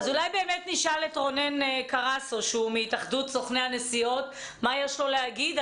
אז אולי נשאל את רונן קרסו מהתאחדות סוכני הנסיעות מה יש לו להגיד.